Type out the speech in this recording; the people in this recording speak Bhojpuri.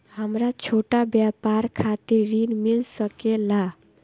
हमरा छोटा व्यापार खातिर ऋण मिल सके ला?